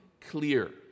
clear